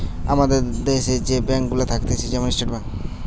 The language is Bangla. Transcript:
আমাদের দ্যাশে যে ব্যাঙ্ক গুলা থাকতিছে যেমন স্টেট ব্যাঙ্ক